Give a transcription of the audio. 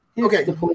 Okay